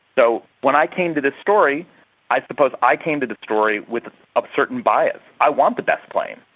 so when i came to this story i suppose i came to the story with a certain bias. i want the best plane.